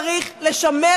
צריך לשמר